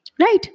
Right